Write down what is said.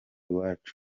iwacu